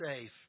safe